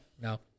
no